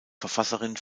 verfasserin